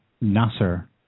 Nasser